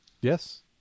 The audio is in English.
Yes